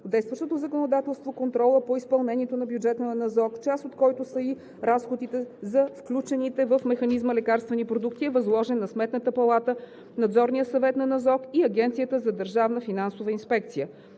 действащото законодателство контролът по изпълнението на бюджета на НЗОК, част от който са и разходите за включените в механизма лекарствени продукти, е възложен на Сметната палата, Надзорния съвет на НЗОК и Агенцията за държавна финансова инспекция.